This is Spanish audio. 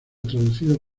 traducido